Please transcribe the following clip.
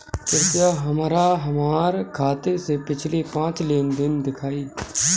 कृपया हमरा हमार खाते से पिछले पांच लेन देन दिखाइ